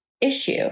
issue